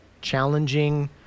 challenging